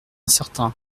incertain